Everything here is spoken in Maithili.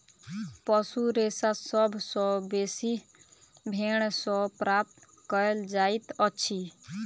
पशु रेशा सभ सॅ बेसी भेंड़ सॅ प्राप्त कयल जाइतअछि